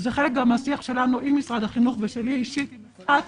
וזה חלק מהשיח שלנו עם משרד החינוך ושלי אישית עם אפרת,